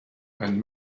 and